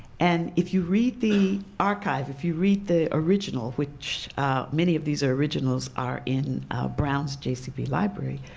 and if you read the archive, if you read the original, which many of these originals are in brown's jcb library,